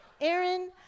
Aaron